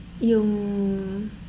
yung